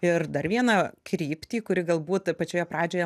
ir dar vieną kryptį kuri galbūt pačioje pradžioje